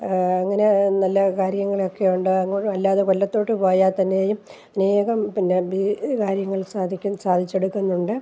അങ്ങനെ നല്ല കാര്യങ്ങളൊക്കെ ഉണ്ട് അല്ലാതെ കൊല്ലത്തോട്ട് പോയാൽ തന്നെയും വേഗം പിന്നെ ബി കാര്യങ്ങൾ സാധിക്കും സാധിച്ചെടുക്കുന്നുണ്ട്